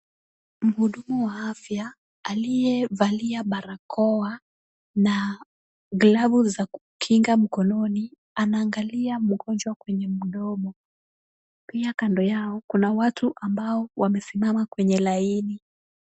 Mhudumu wa afya aliyevalia barakoa na glavu za kukinga mikononi anaangalia mgonjwa kwenye mdomo. Pia kando yao kuna watu ambao wamesimama kwenye laini.